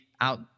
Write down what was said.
out